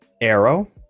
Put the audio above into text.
arrow